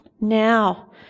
Now